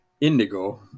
Indigo